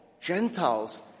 Gentiles